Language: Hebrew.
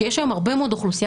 שיש היום הרבה מאוד אוכלוסייה